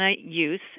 use